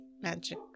Magic